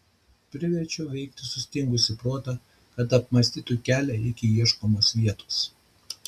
priverčiau veikti sustingusį protą kad apmąstytų kelią iki ieškomos vietos